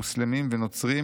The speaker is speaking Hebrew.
מוסלמים ונוצרים,